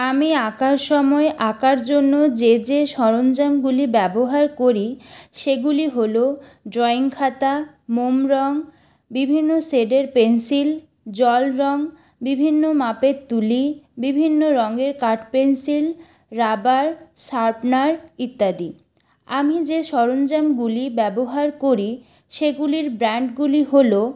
আমি আঁকার সময় আঁকার জন্য যে যে সরঞ্জামগুলি ব্যবহার করি সেগুলি হলো ড্রয়িং খাতা মোম রঙ বিভিন্ন শেডের পেন্সিল জল রঙ বিভিন্ন মাপের তুলি বিভিন্ন রঙের কাঠ পেন্সিল রাবার শার্পনার ইত্যাদি আমি যে সরঞ্জামগুলি ব্যবহার করি সেগুলির ব্র্যান্ডগুলি হলো